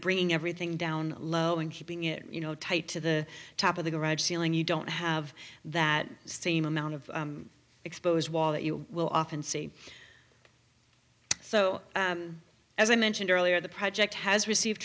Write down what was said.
bringing everything down low and keeping it you know tight to the top of the garage ceiling you don't have that same amount of exposed wall that you will often see so as i mentioned earlier the project has received